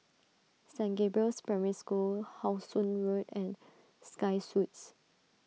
Saint Gabriel's Primary School How Sun Road and Sky Suites